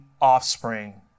offspring